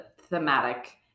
thematic